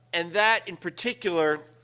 and that, in particular,